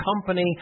company